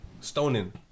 stoning